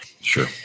Sure